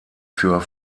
für